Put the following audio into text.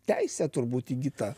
teisė turbūt įgyta